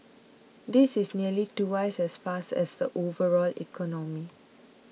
this is nearly twice as fast as the overall economy